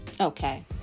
Okay